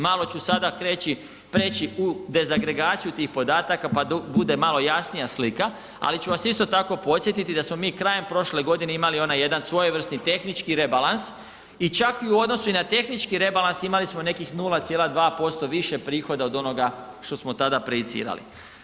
Malo ću sada preći u dezagregaciju tih podataka, pa da bude malo jasnija slika, ali ću vas isto tako podsjetiti da smo mi krajem prošle godine imali onaj jedan svojevrsni tehnički rebalans i čak i u odnosu i na tehnički rebalans imali smo nekih 0,2% više prihoda od onoga što smo tada prejicirali.